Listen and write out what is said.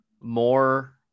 more